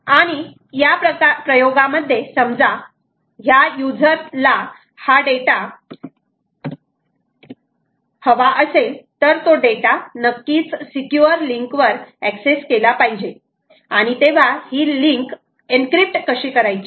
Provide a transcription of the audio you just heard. आणि या प्रयोगामध्ये समजा ह्या युजर ला हा डेटा हवा असेल तर तो डेटा नक्कीच सिक्युअर लिंक वर एक्सेस केला पाहिजे आणि तेव्हा ही लिंक एनक्रिप्ट कशी करायची